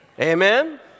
Amen